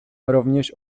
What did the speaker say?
rovněž